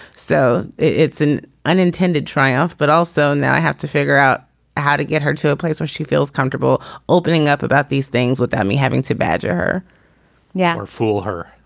so it's an unintended triumph. but also now i have to figure out how to get her to a place where she feels comfortable opening up about these things without me having to badger her yea yeah or fool her